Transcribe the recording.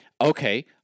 Okay